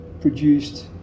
produced